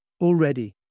Already